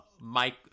Mike